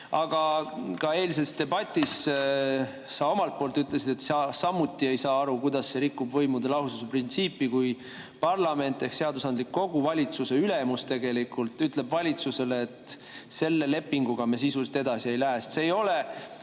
rikub. Eilses debatis sa omalt poolt ütlesid, et sa samuti ei saa aru, kuidas see rikub võimude lahususe printsiipi, kui parlament ehk seadusandlik kogu, valitsuse ülemus, tegelikult ütleb valitsusele, et selle lepinguga me sisuliselt edasi ei lähe. Kõik need